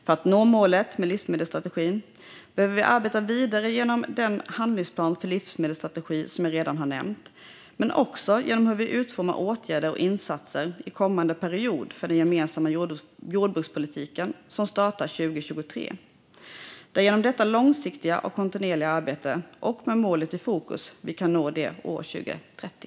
För att nå målet med livsmedelsstrategin behöver vi arbeta vidare genom den handlingsplan för livsmedelsstrategin som jag redan har nämnt, men också genom hur vi utformar åtgärder och insatser under kommande period för den gemensamma jordbrukspolitiken som startar 2023. Det är genom detta långsiktiga och kontinuerliga arbete och med målet i fokus vi kan nå det till 2030.